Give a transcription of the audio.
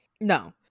no